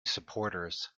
supporters